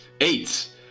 Eight